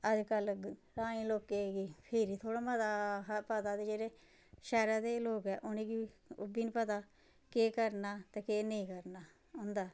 अज्जकल ग्राईं लोकें गी फिरी थोह्ड़ा मता पता ते जेह्ड़े शैहरै दे लोक ऐ उ'नेंगी ओह् बी नेईं पता केह् करना ते केह् नेईं करना उं'दा